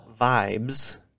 vibes